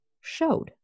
showed